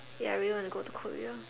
ya I really want to go to Korea